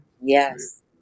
Yes